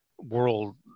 world